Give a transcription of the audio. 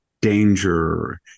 Danger